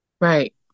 Right